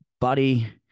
Buddy